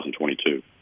2022